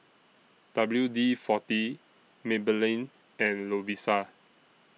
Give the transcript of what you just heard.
W D forty Maybelline and Lovisa